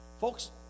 Folks